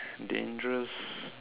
dangerous